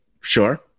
Sure